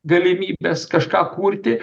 galimybes kažką kurti